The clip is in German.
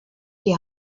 die